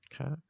Okay